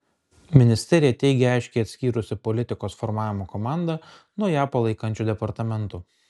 ministerija teigia aiškiai atskyrusi politikos formavimo komandą nuo ją palaikančių departamentų